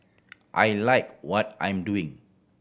I like what I'm doing